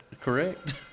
correct